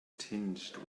tinged